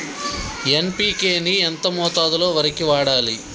NPK ని ఎంత మోతాదులో వరికి వాడాలి?